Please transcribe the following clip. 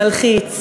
מלחיץ,